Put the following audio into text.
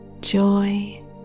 joy